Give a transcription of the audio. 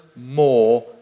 more